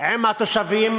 עם התושבים.